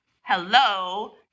hello